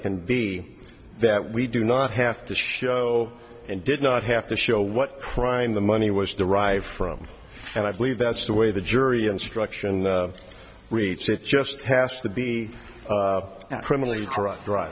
can be that we do not have to show and did not have to show what crime the money was derived from and i believe that's the way the jury instruction reads it just has to be criminally